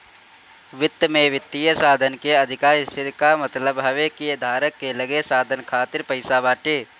वित्त में वित्तीय साधन के अधिका स्थिति कअ मतलब हवे कि धारक के लगे साधन खातिर पईसा बाटे